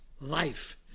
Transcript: life